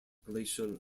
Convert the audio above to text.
glacial